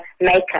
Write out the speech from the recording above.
maker